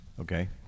Okay